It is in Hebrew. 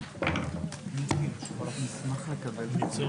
הישיבה ננעלה בשעה